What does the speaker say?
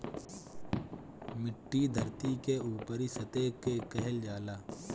मिट्टी धरती के ऊपरी सतह के कहल जाला